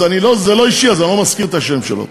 זה לא אישי, אז אני לא מזכיר את השם שלו.